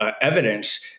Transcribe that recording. evidence